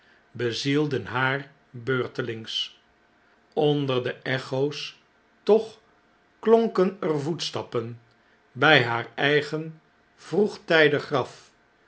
bezielden haar beurtelings onder de echo's toch klonken er voetstappen bij haar eigen vroegtijdig graf